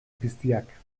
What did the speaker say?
piztiak